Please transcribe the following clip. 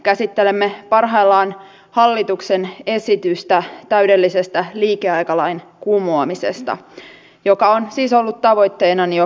käsittelemme parhaillaan hallituksen esitystä täydellisestä liikeaikalain kumoamisesta joka on siis ollut tavoitteenani jo pitkään